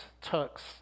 Turks